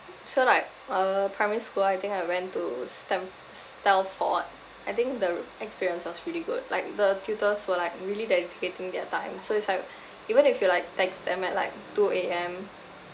so like uh primary school I think I went to stam~ stalford I think the experience was really good like the tutors were like really dedicating their time so it's like even if you like text them at like two A_M